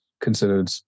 considered